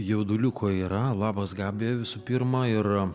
jauduliuko yra labas gabija visų pirma ir